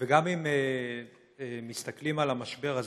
וגם אם מסתכלים על המשבר הזה,